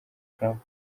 trump